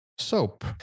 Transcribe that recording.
Soap